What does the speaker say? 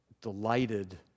delighted